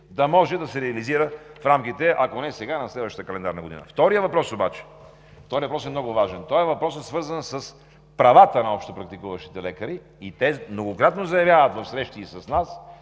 да може да се реализира в рамките, ако не сега, то на следващата календарна година. Вторият въпрос е много важен. Той е свързан с правата на общопрактикуващите лекари и те многократно заявяват в срещи и с нас,